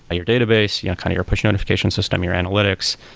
ah your database, your kind of your push notification system, your analytics.